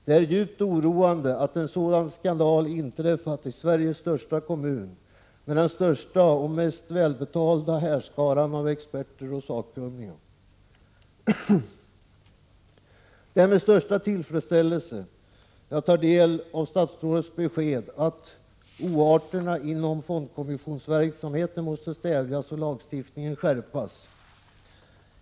Det är djupt oroande att en sådan skandal inträffat i Sveriges största kommun med den största och mest välbetalda härskaran av experter och sakkunniga. Det är med största tillfredsställelse jag tar del av statsrådets besked, att oarterna inom fondkommissionsverksamheten måste stävjas och lagstiftningen skärpas.